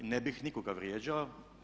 Ne bih nikoga vrijeđao.